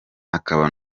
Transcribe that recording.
akaba